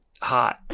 hot